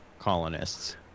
Colonists